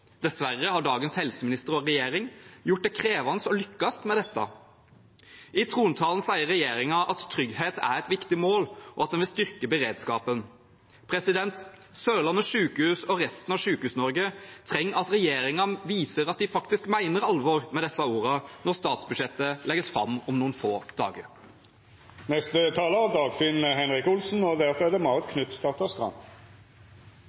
Dessverre har dagens helseminister og regjering gjort det krevende å lykkes med dette. I trontalen sier regjeringen at trygghet er et viktig mål, og at en vil styrke beredskapen. Sørlandet sykehus og resten av Sykehus-Norge trenger at regjeringen viser at den faktisk mener alvor med disse ordene når statsbudsjettet legges fram om noen få dager. I går var en av Senterpartiets representanter fra Nordland oppe på talerstolen og